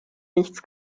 nichts